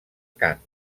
cant